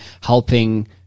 helping